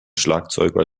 schlagzeuger